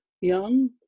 young